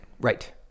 Right